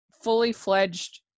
fully-fledged